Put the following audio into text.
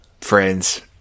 friends